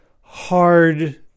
hard